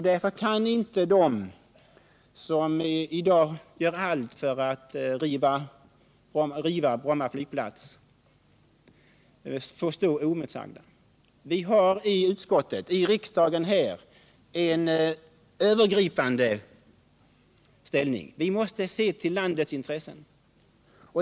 Därför kan de som i dag gör allt för att försöka riva Bromma flygplats inte få stå oemotsagda. Vi har både i utskottet och i kammaren här ett övergripande ansvar: vi måste se till hela landets intressen.